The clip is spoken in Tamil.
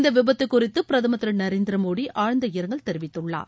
இந்த விபத்து குறித்து பிரதமர் திரு நரேந்திர மோடி ஆழ்ந்த இரங்கல் தெரிவித்துள்ளார்